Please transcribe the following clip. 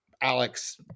alex